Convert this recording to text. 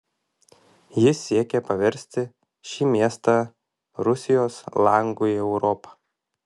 jis siekė paversti šį miestą rusijos langu į europą